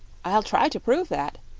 i'll try to prove that,